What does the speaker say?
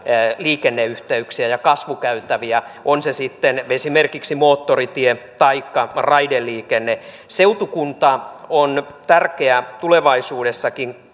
liikenneyhteyksiä ja ja kasvukäytäviä on se sitten esimerkiksi moottoritie taikka raideliikenne seutukunta on tärkeä tulevaisuudessakin